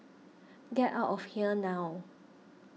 get out of here now